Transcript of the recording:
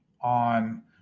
on